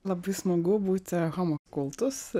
labai smagu būti homo kultus